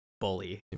bully